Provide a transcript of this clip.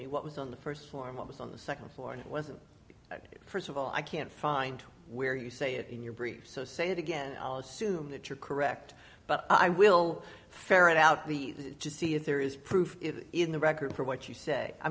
me what was on the first formal was on the second floor and it was first of all i can't find where you say it in your brief so say it again i'll assume that you're correct but i will ferret out the to see if there is proof in the record for what you say i